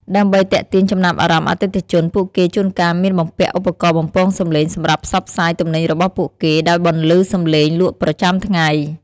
ដើម្បីទាក់ទាញចំណាប់អារម្មណ៍អតិថិជន ពួកគេជួនកាលមានបំពាក់ឧបករណ៍បំពងសំឡេងសម្រាប់ផ្សព្វផ្សាយទំនិញរបស់ពួកគេ ដោយបន្លឺសំឡេងលក់ប្រចាំថ្ងៃ។